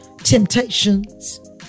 temptations